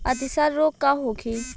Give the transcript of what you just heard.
अतिसार रोग का होखे?